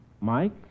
Mike